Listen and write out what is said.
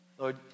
Lord